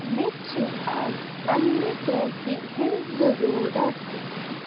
مےٚ چھِ آز پنٛنہِ ٹوپہِ ہٕنٛز ضروٗرت